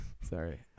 Sorry